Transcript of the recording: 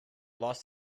los